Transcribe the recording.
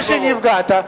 ואם הרגשת שנפגעת,